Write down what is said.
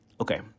Okay